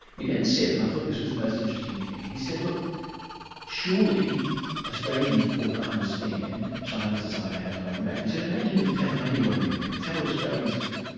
he then said, and i thought this was the most interesting thing, he said, look surely australians would understand china's desire to have taiwan back. he said, imagine if tasmania wanted independence, how would australians feel?